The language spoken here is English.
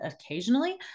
occasionally